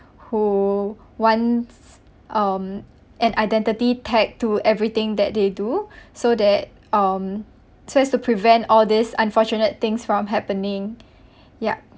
who wants um an identity tagged to everything that they do so that um so as to prevent all these unfortunate things from happening yup